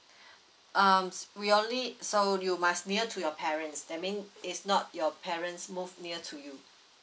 um we only so you must near to your parents that mean it's not your parents move near to you